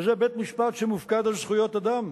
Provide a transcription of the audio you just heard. וזה בית-משפט שמופקד על זכויות אדם.